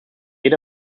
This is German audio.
gehe